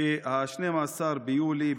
ב-12 ביולי,